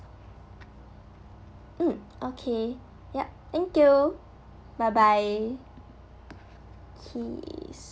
mm okay yup thank you bye bye okay